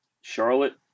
Charlotte